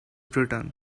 return